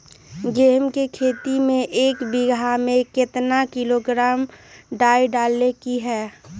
गेहूं के खेती में एक बीघा खेत में केतना किलोग्राम डाई डाले के होई?